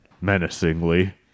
Menacingly